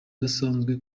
udasanzwe